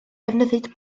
defnyddid